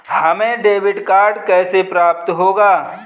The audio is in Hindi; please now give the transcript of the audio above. हमें डेबिट कार्ड कैसे प्राप्त होगा?